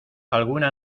alguna